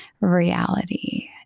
reality